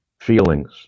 feelings